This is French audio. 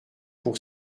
pour